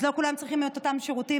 אז לא כולם צריכים את אותם שירותים,